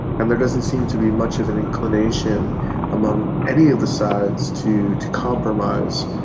and there doesn't seem to be much of an inclination among any of the sides to to compromise,